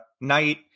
knight